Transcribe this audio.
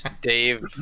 Dave